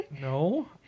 No